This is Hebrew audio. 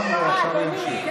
הוא באמצע דיבור.